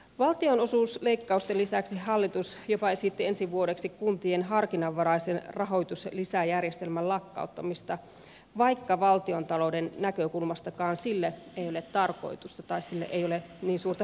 valtionosuusleikkausten lisäksi hallitus jopa esitti ensi vuodeksi kuntien harkinnanvaraisen rahoituslisäjärjestelmän lakkauttamista vaikka valtiontalouden näkökulmastakaan sillä ei ole tarkoitusta tai sinne ei ole niin suurta merkitystä